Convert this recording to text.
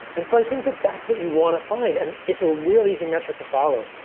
and so i think that that's what you want to find. and it's a real easy metric to follow.